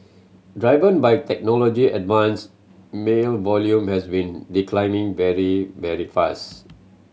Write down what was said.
driven by technology advance mail volume has been declining very very fast